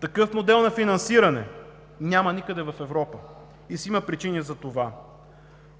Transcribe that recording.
Такъв модел на финансиране няма никъде в Европа и си има причини за това.